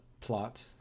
plot